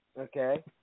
okay